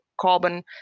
carbon